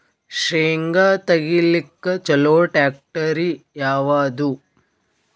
ಶೇಂಗಾ ತೆಗಿಲಿಕ್ಕ ಚಲೋ ಟ್ಯಾಕ್ಟರಿ ಯಾವಾದು?